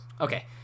okay